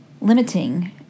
limiting